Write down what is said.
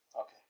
Okay